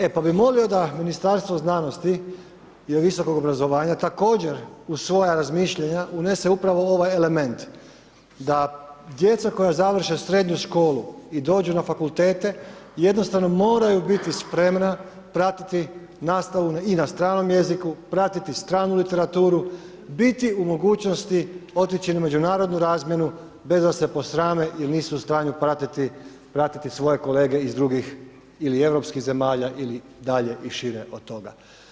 E, pa bi molio da ministarstvo znanosti i visokog obrazovanja također u svoja razmišljanja unese upravo ovaj element, da djeca koja završe srednju školu i dođu na fakultete, jednostavno moraju biti spremna pratiti nastavu i na stranom jeziku, pratiti stranu literaturu, biti u mogućnosti otići na međunarodnu razmjenu bez da se posrame jer nisu u stanju pratiti svoje kolege iz drugih ili europskih zemalja ili dalje i šire od toga.